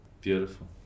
Beautiful